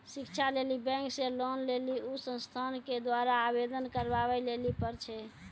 शिक्षा लेली बैंक से लोन लेली उ संस्थान के द्वारा आवेदन करबाबै लेली पर छै?